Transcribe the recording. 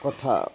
কথা